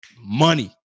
money